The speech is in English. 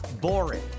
boring